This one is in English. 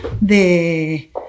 de